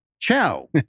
ciao